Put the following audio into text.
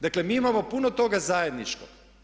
Dakle mi imao puno toga zajedničkog.